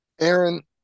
Aaron